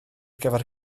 gyfer